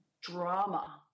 drama